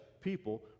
people